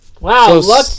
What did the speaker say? Wow